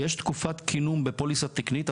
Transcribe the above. יש תקופת כינון בפוליסה תקנית.